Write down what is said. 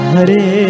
Hare